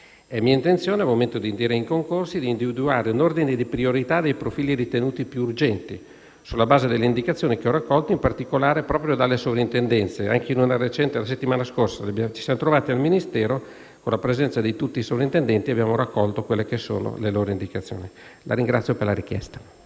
È mia intenzione, al momento di indire i concorsi, individuare un ordine di priorità dei profili ritenuti più urgenti, sulla base delle indicazioni che ho raccolto, in particolare proprio dalle Soprintendenze. Anche di recente, la scorsa settimana, ci siamo trovati al Ministero e, alla presenza di tutti i soprintendenti, abbiamo raccolto le loro indicazioni. La ringrazio ancora